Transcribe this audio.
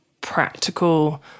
practical